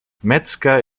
metzger